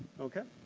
okay?